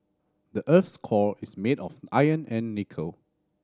the earth's core is made of iron and nickel